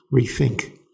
rethink